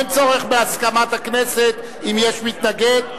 אין צורך בהסכמת הכנסת אם יש מתנגד.